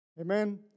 Amen